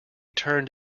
turned